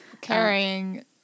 Carrying